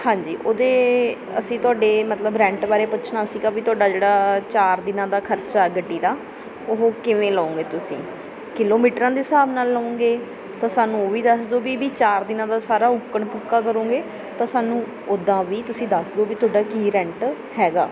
ਹਾਂਜੀ ਉਹਦੇ ਅਸੀਂ ਤੁਹਾਡੇ ਮਤਲਬ ਰੈਂਟ ਬਾਰੇ ਪੁੱਛਣਾ ਸੀਗਾ ਵੀ ਤੁਹਾਡਾ ਜਿਹੜਾ ਚਾਰ ਦਿਨਾਂ ਦਾ ਖਰਚਾ ਗੱਡੀ ਦਾ ਉਹ ਕਿਵੇਂ ਲਉਂਗੇ ਤੁਸੀਂ ਕਿਲੋਮੀਟਰਾਂ ਦੇ ਹਿਸਾਬ ਨਾਲ ਲਉਂਗੇ ਤਾਂ ਸਾਨੂੰ ਉਹ ਵੀ ਦੱਸ ਦਿਉ ਵੀ ਵੀ ਚਾਰ ਦਿਨਾਂ ਦਾ ਸਾਰਾ ਉਕਣ ਪੁੱਕਾ ਕਰੋਗੇ ਤਾਂ ਸਾਨੂੰ ਉੱਦਾਂ ਵੀ ਤੁਸੀਂ ਦੱਸ ਦਿਉ ਵੀ ਤੁਹਾਡਾ ਕੀ ਰੈਂਟ ਹੈਗਾ